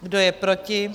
Kdo je proti?